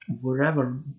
wherever